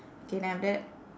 K then after that